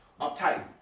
uptight